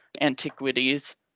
antiquities